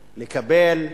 לקבל,